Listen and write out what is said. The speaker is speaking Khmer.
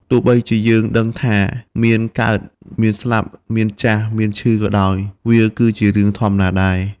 ទោះបីយើងដឹងថា មានកើត មានស្លាប់ មានចាស់ មានឈឺក៏ដោយ វាគឺជារឿងធម្មតាដែរ។